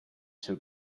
two